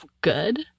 good